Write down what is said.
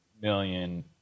million